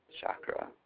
Chakra